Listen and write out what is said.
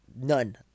None